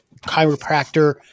chiropractor